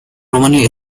romania